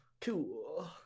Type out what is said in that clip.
Cool